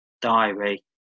diary